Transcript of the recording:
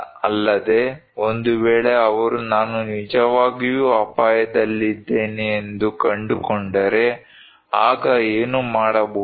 ಅಲ್ಲದೆ ಒಂದು ವೇಳೆ ಅವರು ನಾನು ನಿಜವಾಗಿಯೂ ಅಪಾಯದಲ್ಲಿದ್ದೇನೆಂದು ಕಂಡುಕೊಂಡರೆ ಆಗ ಏನು ಮಾಡಬಹುದು